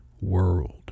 world